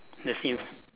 the seat